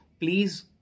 Please